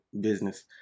business